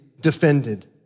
defended